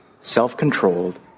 self-controlled